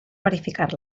verificar